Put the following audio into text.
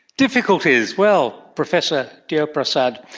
difficulties! well, professor deo prasad,